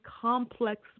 complex